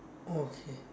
oh okay